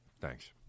thanks